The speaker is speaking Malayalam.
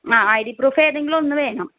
ആ ഐ ഡി പ്രൂഫ് ഏതെങ്കിലും ഒന്ന് വേണം